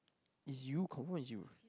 it's you confirm is you